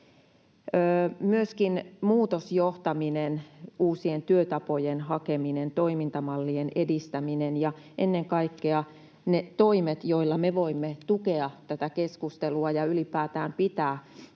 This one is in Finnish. Myöskin muutosjohtaminen, uusien työtapojen hakeminen, toimintamallien edistäminen ja ennen kaikkea ne toimet, joilla me voimme tukea tätä keskustelua ja ylipäätään pitää